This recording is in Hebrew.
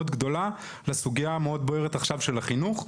גדולה לסוגיה המאוד בוערת עכשיו של החינוך.